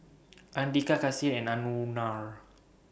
Andika Kasih and